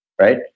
right